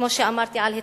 כמו שאמרתי, על התנכלות,